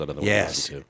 yes